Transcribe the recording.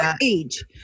age